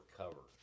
cover